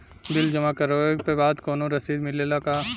Bill जमा करवले के बाद कौनो रसिद मिले ला का?